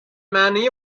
معنای